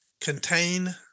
contain